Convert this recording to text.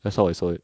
that's how I saw it